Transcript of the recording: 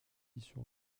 sur